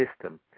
system